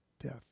death